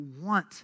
want